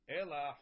Ela